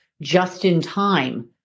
just-in-time